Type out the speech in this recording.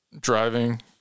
driving